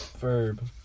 Verb